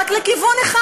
רק לכיוון אחד: